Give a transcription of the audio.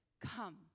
come